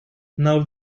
now